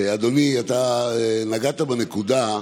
אדוני, אתה נגעת בנקודה,